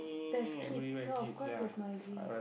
there's kids so of course it's noisy